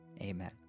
Amen